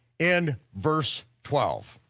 in verse twelve,